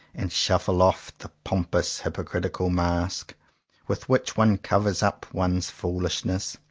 and shuffle off the pompous hypocritical mask with which one covers up one's foolishness.